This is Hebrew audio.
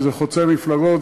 שזה חוצה מפלגות,